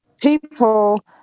people